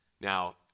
Now